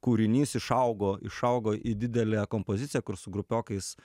kūrinys išaugo išaugo į didelę kompoziciją kur su grupiokais